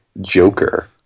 Joker